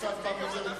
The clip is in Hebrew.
גם הוא אושר.